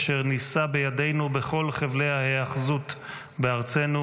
אשר נישא בידינו בכל חבלי ההתאחזות בארצנו,